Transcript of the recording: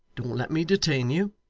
don't let me detain you